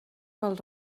pel